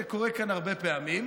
זה קורה כאן הרבה פעמים,